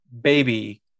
baby